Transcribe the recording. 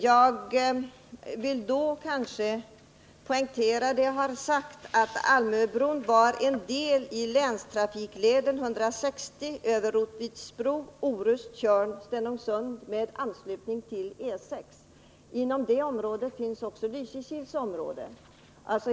Jag vill poängtera vad jag tidigare har sagt, nämligen att Almöbron var en del av länstrafikleden 160 Rotviksbro-Orust-Tjörn-Stenungsund med anslutning till E 6. Här finns också Lysekilsområdet.